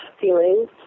feelings